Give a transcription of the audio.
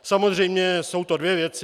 Samozřejmě jsou to dvě věci.